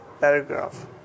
paragraph